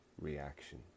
reaction